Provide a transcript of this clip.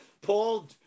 Paul